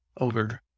over